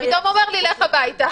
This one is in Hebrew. פתאום הוא אומר לי: לך הביתה.